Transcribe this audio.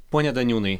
pone daniūnai